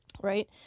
Right